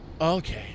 Okay